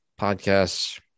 podcasts